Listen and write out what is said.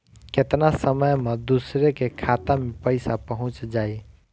केतना समय मं दूसरे के खाता मे पईसा पहुंच जाई?